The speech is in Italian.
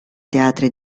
teatri